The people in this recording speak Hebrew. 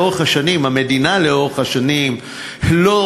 זה מדוח המפקח על הביטוח, אין לה בסיס.